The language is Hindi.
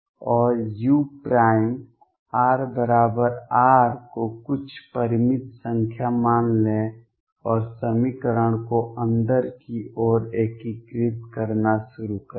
और urR को कुछ परिमित संख्या मान लें और समीकरण को अंदर की ओर एकीकृत करना शुरू करें